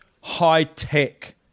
high-tech